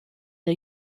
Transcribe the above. der